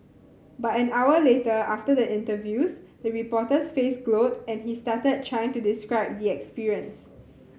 but an hour later after the interviews the reporter's face glowed and he stuttered trying to describe the experience